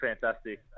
fantastic